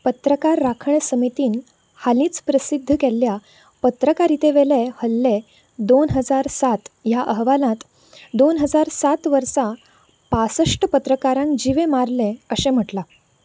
पत्रकार राखण समितीन हालींच प्रसिद्ध केल्ल्या पत्रकारितेवेले हल्ले दोन हजार सात ह्या अहवालांत दोन हजार सात वर्सा पासश्ट पत्रकारांक जिवे मारले अशें म्हटलां